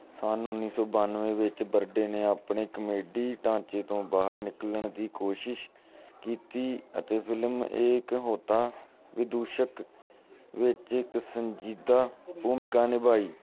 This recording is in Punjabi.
ਸੰਨ ਉੱਨੀ ਸੌ ਬੱਨਵੇ ਵਿੱਚ ਬਰਡੇ ਨੇ ਆਪਣੇ ਕਮੇਡੀ ਢਾਂਚੇ ਤੋਂ ਬਾਹਰ ਨਿਕਲਣ ਦੀ ਕੋਸ਼ਿਸ਼ ਕੀਤੀ ਅਤੇ ਫਿਲਮ ਏਕ ਹੋਤਾ ਵਿਦੂਸ਼ਕ ਵਿੱਚ ਇੱਕ ਸੰਜੀਦਾ ਭੂਮਿਕਾ ਨਿਭਾਈ